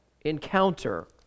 encounter